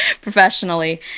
professionally